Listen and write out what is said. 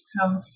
come